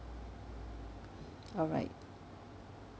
alright